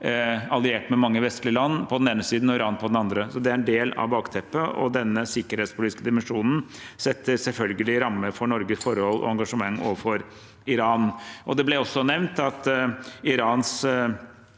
alliert med vestlige land på den ene siden og Iran på den andre. Det er en del av bakteppet, og denne sikkerhetspolitiske dimensjonen setter selvfølgelig rammer for Norges forhold til og engasjement overfor Iran. Det ble også nevnt at Irans